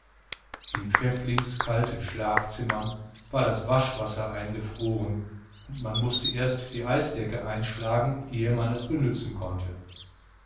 in pfäfflings kalten schlafzimmern war das waschwasser eingefroren und man mußte erst die eisdecke einschlagen ehe man es benützen konnte